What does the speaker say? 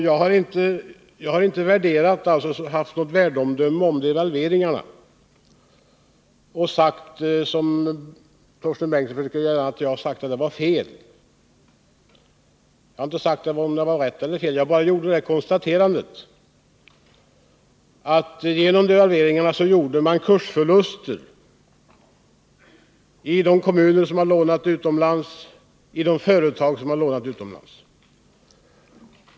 Jag har inte avgett något värdeomdöme om devalveringarna eller, som Torsten Bengtson brukar vilja göra gällande att jag har sagt, hävdat att de var felaktiga. Jag har varken sagt att de var riktiga eller att de var felaktiga, utan jag har bara konstaterat att man genom devalveringarna gjorde kursförluster i de kommuner som hade lånat utomlands och i de företag som hade lånat utomlands.